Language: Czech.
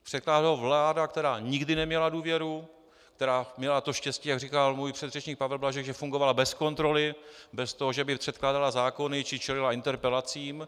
Předkládá ho vláda, která nikdy neměla důvěru, která měla to štěstí, jak říkal můj předřečník Pavel Blažek, že fungovala bez kontroly, bez toho, že by předkládala zákony či čelila interpelacím.